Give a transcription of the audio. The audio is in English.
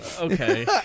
okay